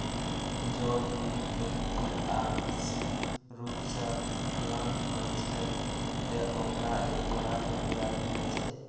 जौं बीमित व्यक्ति आंशिक रूप सं विकलांग होइ छै, ते ओकरा एक लाख रुपैया भेटै छै